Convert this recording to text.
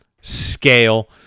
scale